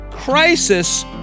Crisis